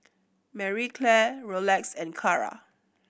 Marie Claire Rolex and Kara